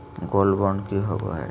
Gold bond की होबो है?